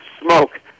smoke